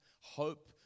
hope